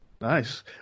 Nice